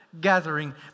gathering